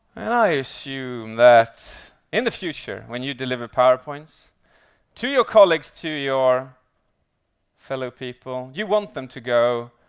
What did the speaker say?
and i assume that in the future when you deliver powerpoints to your colleagues, to your fellow people, you want them to go,